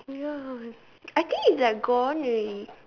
ya I think it's like gone already